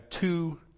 two